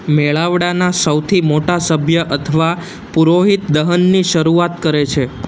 મેળાવળાના સૌથી મોટા સભ્ય અથવા પુરોહિત દહનની શરૂઆત કરે છે